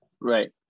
Right